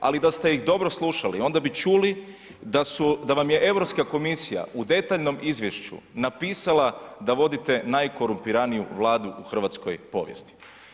Ali da ste ih dobro slušali onda bi čuli da vam je Europska komisija u detaljnom izvješću napisala da vodite najkorumpiraniju Vladu u hrvatskoj povijesti.